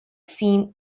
seen